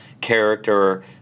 character